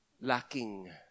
lacking